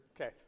Okay